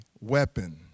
weapon